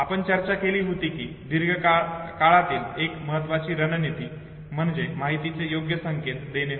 आपण चर्चा केली होती कि दीर्घकाळातील एक महत्वाची रणनीती म्हणजे माहितीचे योग्य संकेत देणे होय